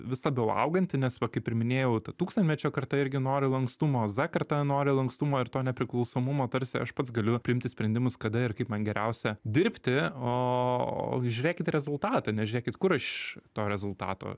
vis labiau auganti nes va kaip ir minėjau ta tūkstantmečio karta irgi nori lankstumo z karta nori lankstumo ir to nepriklausomumo tarsi aš pats galiu priimti sprendimus kada ir kaip man geriausia dirbti o žiūrėkit rezultatą ne žiūrėkit kur aš to rezultato